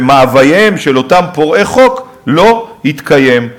ושמאוויים של אותם פורעי חוק לא יתקיים.